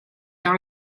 dans